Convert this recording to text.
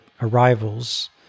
arrivals